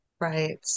right